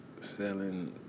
selling